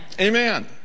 Amen